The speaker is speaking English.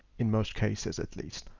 in most cases, at least.